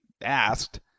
asked